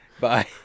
Bye